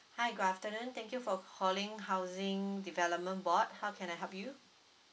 hi good afternoon thank you for calling housing development board how can I help you